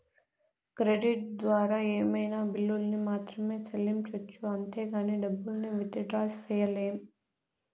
credit ద్వారా ఏమైనా బిల్లుల్ని మాత్రమే సెల్లించొచ్చు అంతేగానీ డబ్బుల్ని విత్ డ్రా సెయ్యలేం